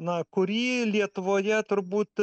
na kurį lietuvoje turbūt